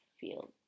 feel